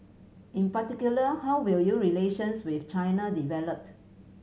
in particular how will your relations with China developed